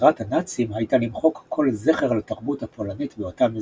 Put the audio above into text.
מטרת הנאצים הייתה למחוק כל זכר לתרבות הפולנית באותם אזורים,